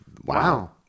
Wow